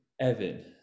Evan